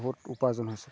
বহুত উপাৰ্জন হৈছে